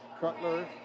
Cutler